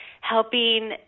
helping